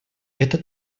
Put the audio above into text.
это